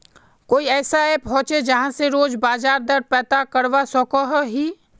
कोई ऐसा ऐप होचे जहा से रोज बाजार दर पता करवा सकोहो ही?